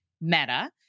Meta